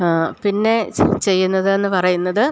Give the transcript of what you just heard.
ആ പിന്നെ ചെയ്യുന്നത് എന്ന് പറയുന്നത്